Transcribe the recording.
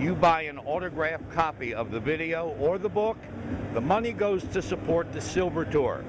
you buy an autographed copy of the video or the book the money goes to support the silver door